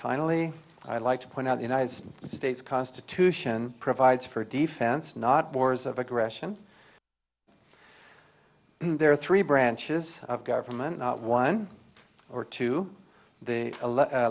finally i'd like to point out the united states constitution provides for defense not wars of aggression there are three branches of government not one or two the